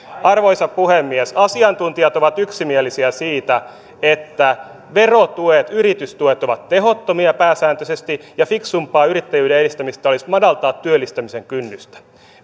arvoisa puhemies asiantuntijat ovat yksimielisiä siitä että verotuet yritystuet ovat pääsääntöisesti tehottomia ja fiksumpaa yrittäjyyden edistämistä olisi madaltaa työllistämisen kynnystä